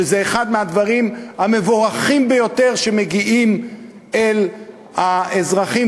כשזה אחד הדברים המבורכים ביותר שמגיעים אל האזרחים,